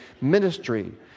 ministry